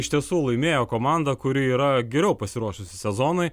iš tiesų laimėjo komanda kuri yra geriau pasiruošusi sezonui